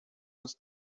uns